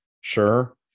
Sure